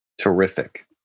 Terrific